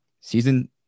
season